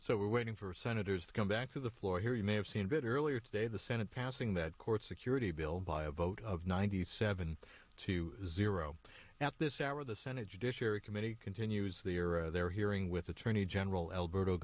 so we're waiting for senators to come back to the floor here you may have seen a bit earlier today the senate passing that court security bill by a vote of ninety seven to zero now this hour the senate judiciary committee continues the year of their hearing with attorney general alberto